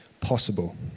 possible